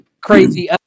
crazy